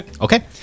Okay